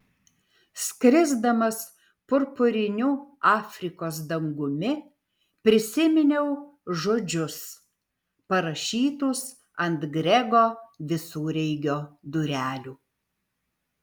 skrisdamas purpuriniu afrikos dangumi prisiminiau žodžius parašytus ant grego visureigio durelių